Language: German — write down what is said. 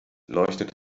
leuchtet